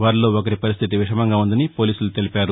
వారిలో ఒకరి పరిస్థితి విషమంగా ఉందని పోలీసులు తెలిపారు